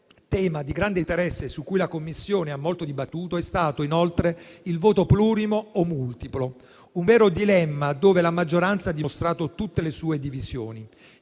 tema di grande interesse, su cui la Commissione ha molto dibattuto, è stato il voto plurimo o multiplo, un vero dilemma, dove la maggioranza ha dimostrato tutte le sue divisioni.